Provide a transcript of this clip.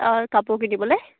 অঁ কাপোৰ কিনিবলৈ